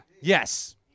Yes